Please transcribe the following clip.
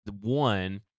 one